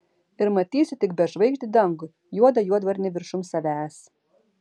ir matysiu tik bežvaigždį dangų juodą juodvarnį viršum savęs